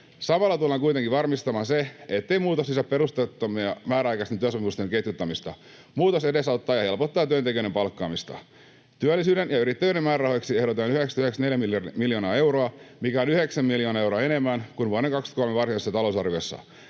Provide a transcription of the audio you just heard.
Samalla tullaan kuitenkin varmistamaan se, ettei muutos lisää perusteetonta määräaikaisten työsopimusten ketjuttamista. Muutos edesauttaa ja helpottaa työntekijöiden palkkaamista. Työllisyyden ja yrittäjyyden määrärahoiksi ehdotetaan 994 miljoonaa euroa, mikä on yhdeksän miljoonaa euroa enemmän kuin vuoden 23 varsinaisessa talousarviossa.